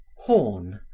horn,